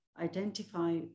identify